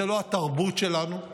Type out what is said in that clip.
זה לא התרבות שלנו,